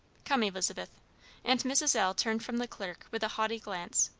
come, elizabeth, and mrs. l. turned from the clerk with a haughty glance,